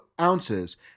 ounces